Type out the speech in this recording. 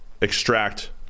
extract